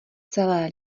celé